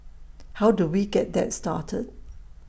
how do we get that started